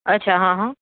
અચ્છા હ હ